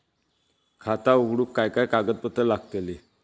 खाता उघडूक काय काय कागदपत्रा लागतली?